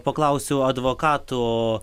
paklausiu advokato